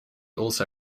also